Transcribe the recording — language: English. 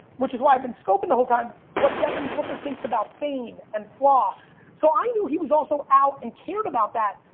which is why i've been scoping the whole time, what devin booker thinks about fame and floss. so i knew he was also out and cared about that.